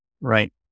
Right